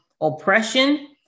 oppression